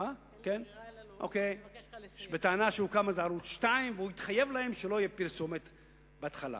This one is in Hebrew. והוא התחייב להם שלא תהיה פרסומת בהתחלה.